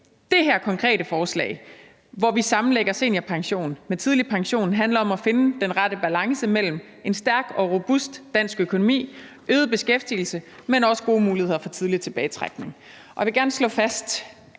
Det her konkrete forslag, hvor vi sammenlægger seniorpensionen med den tidlige pension, handler om at finde den rette balance mellem en stærk og robust dansk økonomi, øget beskæftigelse, men også gode muligheder for tidlig tilbagetrækning.